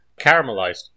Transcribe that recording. caramelized